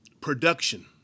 production